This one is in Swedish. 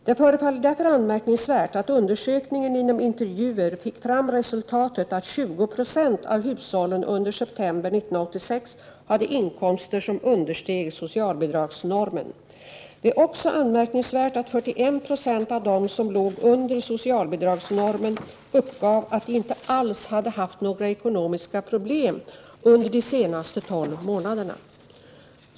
Det förefaller därför anmärkningsvärt att undersökningen genom intervjuer fick fram resultatet att 20 26 av hushållen under september 1986 hade inkomster som understeg socialbidragsnormen. Det är också anmärkningsvärt att 41 96 av dem som låg under socialbidragsnormen uppgav att de inte alls hade haft några ekonomiska problem under de senaste tolv månaderna.